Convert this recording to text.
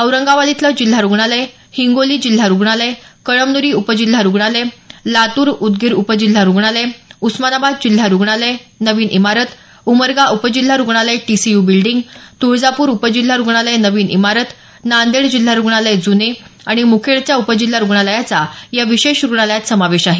औरंगाबाद इथलं जिल्हा रुग्णालय हिंगोली जिल्हा रुग्णालय कळमन्री उपजिल्हा रुग्णालय लातूर उदगीर उपजिल्हा रुग्णालय उस्मानाबाद जिल्हा रुग्णालय नवीन इमारत उमरगा उपजिल्हा रुग्णालय टीसीयू बिल्डींग तुळजापूर उपजिल्हा रुग्णालय नवीन इमारत नांदेड जिल्हा रुग्णालय जुने आणि मुखेडच्या उपजिल्हा रुग्णालयाचा या विशेष रुग्णालयात समावेश आहे